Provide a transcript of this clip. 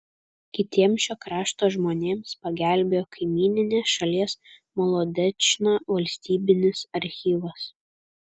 kitiems šio krašto žmonėms pagelbėjo kaimyninės šalies molodečno valstybinis archyvas